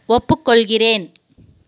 ஒப்புக்கொள்கிறேன்